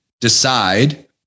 decide